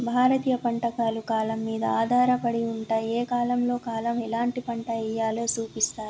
భారతీయ పంటలు కాలం మీద ఆధారపడి ఉంటాయి, ఏ కాలంలో కాలం ఎలాంటి పంట ఎయ్యాలో సూపిస్తాయి